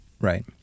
Right